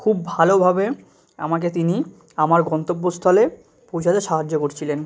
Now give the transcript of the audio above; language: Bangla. খুব ভালো ভাবে আমাকে তিনি আমার গন্তব্যস্থলে পৌঁছাতে সাহায্য করছিলেন